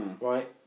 Right